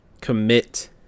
commit